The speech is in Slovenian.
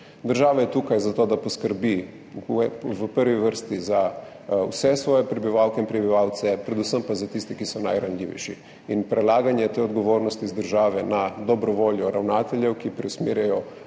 Država je tu zato, da poskrbi v prvi vrsti za vse svoje prebivalke in prebivalce, predvsem pa za tiste, ki so najranljivejši. In prelaganje te odgovornosti z države na dobro voljo ravnateljev, ki preusmerjajo